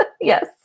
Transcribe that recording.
yes